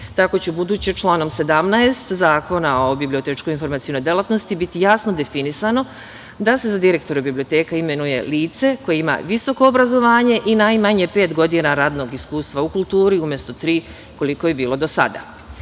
Tako će ubuduće članom 17. Zakona o bobliotečko-informacionoj delatnosti biti jasno definisano da se za direktora biblioteke imenuje lice koje ima visoko obrazovanje i najmanje pet godina radnog iskustva u kulturi, umesto tri, koliko je bilo do sada. Mi